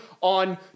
on